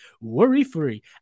worry-free